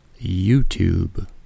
YouTube